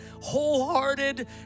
wholehearted